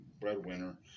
breadwinner